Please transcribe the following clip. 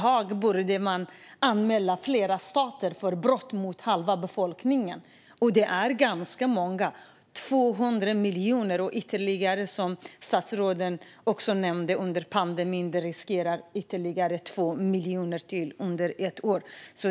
Man borde i Haag anmäla flera stater för brott mot halva befolkningen. Det är ganska många - 200 miljoner. Och som statsrådet nämnde riskerar det att under pandemin, under ett år, bli ytterligare 2 miljoner.